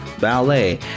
ballet